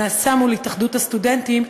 נעשה מול התאחדות הסטודנטים,